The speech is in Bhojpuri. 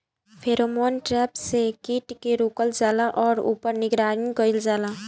फेरोमोन ट्रैप से कीट के रोकल जाला और ऊपर निगरानी कइल जाला?